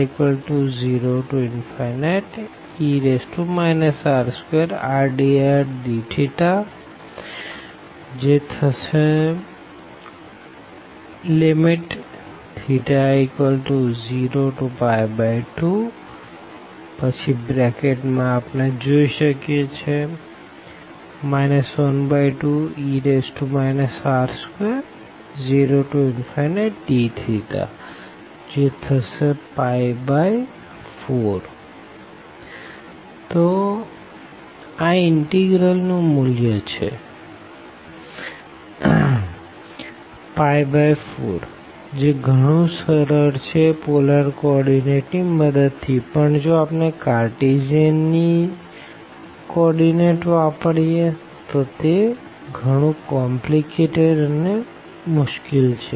θ02r0e r2r dr dθθ02 12e r20dθ1224 તો આ integral નું મૂલ્ય છે 4જે ગણું સરળ છે પોલર કો ઓર્ડીનેટની મદદ થી પણ જો આપણે કાર્ટેસીઅન કો ઓર્ડીનેટ વાપરીએ તો ગણું મુશ્કિલ છે